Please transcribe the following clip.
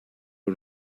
are